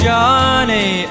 Johnny